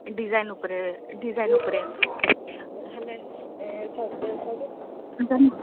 design ଉପରେ design ଉପରେ ହେଲେ